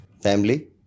Family